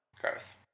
Gross